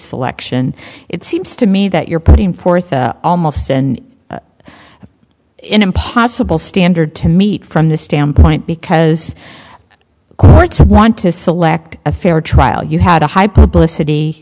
selection it seems to me that you're putting forth almost an impossible standard to meet from this standpoint because courts want to select a fair trial you had a high publicity